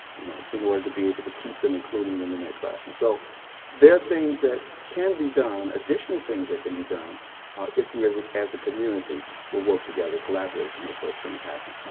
you know in order to be able to keep them including them in that classroom. so there are things that can be done, additional things that can be done if we as ah as a community will work together. collaborate to make those things happen.